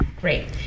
Great